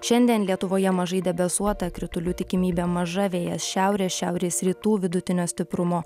šiandien lietuvoje mažai debesuota kritulių tikimybė maža vėjas šiaurės šiaurės rytų vidutinio stiprumo